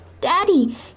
Daddy